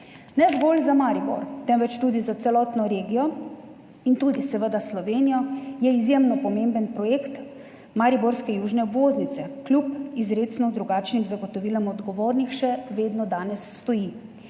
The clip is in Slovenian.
Ne zgolj za Maribor, temveč tudi za celotno regijo in seveda tudi Slovenijo izjemno pomemben projekt mariborske južne obvoznice kljub izrecno drugačnim zagotovilom odgovornih danes še vedno stoji.